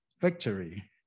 victory